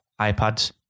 iPads